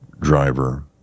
driver